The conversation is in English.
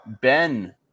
Ben